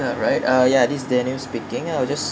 right uh yeah this daniel speaking I was just